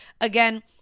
Again